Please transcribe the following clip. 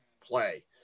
play